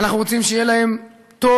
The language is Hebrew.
אנחנו רוצים שיהיה להם טוב,